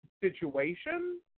situation